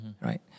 right